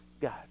God